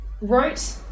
wrote